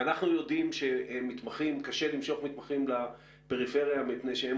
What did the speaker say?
ואנחנו יודעים שקשה למשוך מתמחים לפריפריה מפני שהם